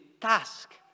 task